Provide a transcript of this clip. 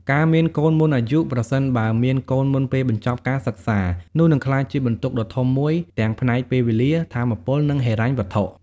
ការមានកូនមុនអាយុ ប្រសិនបើមានកូនមុនពេលបញ្ចប់ការសិក្សា នោះនឹងក្លាយជាបន្ទុកដ៏ធំមួយ ទាំងផ្នែកពេលវេលា ថាមពល និងហិរញ្ញវត្ថុ។